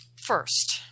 first